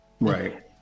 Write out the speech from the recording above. Right